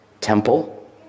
temple